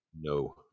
No